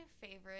favorite